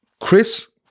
Chris